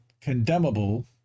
condemnable